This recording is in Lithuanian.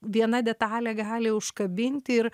viena detalė gali užkabinti ir